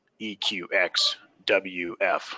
EQXWF